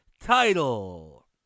title